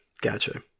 Gotcha